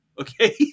Okay